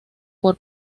por